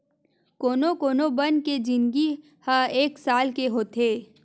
कोनो कोनो बन के जिनगी ह एके साल के होथे